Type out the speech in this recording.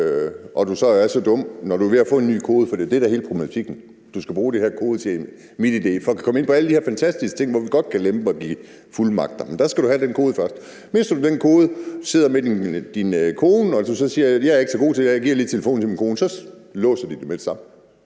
og er så dum, når du er ved at få en ny kode. For det er det, der er hele problematikken, altså at du skal bruge den her kode til MitID for at kunne komme ind til alle de her fantastiske ting. Vi kan godt lempe og give fuldmagter, men der skal du først have den kode, og mister du den kode og sidder med din kone og siger, at du ikke er så god til det her, så du lige giver telefonen til din kone, så låser de det med det samme.